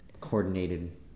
coordinated